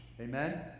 Amen